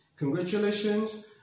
Congratulations